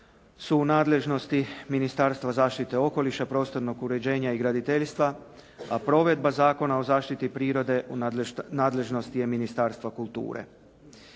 su u nadležnosti Ministarstva okoliša, prostornog uređenja i graditeljstva, a provedba Zakona o zaštiti prirode u nadležnosti je Ministarstva kulture.